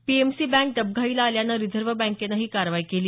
PMC bank डबघाईला आल्यानं reserve बँकेनं ही कारवाई केली